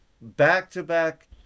back-to-back